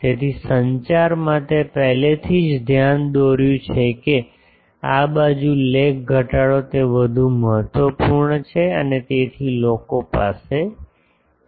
તેથી સંચારમાં મેં પહેલેથી જ ધ્યાન દોર્યું છે કે આ બાજુ લોબ ઘટાડો તે વધુ મહત્વપૂર્ણ છે અને તેથી લોકો પાસે છે